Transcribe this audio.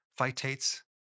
phytates